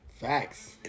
Facts